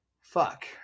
Fuck